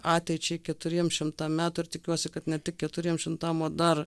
ateičiai keturiem šimtam metų ir tikiuosi kad ne tik keturiem šimtam o dar